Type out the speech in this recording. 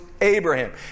Abraham